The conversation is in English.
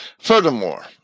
Furthermore